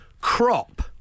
Crop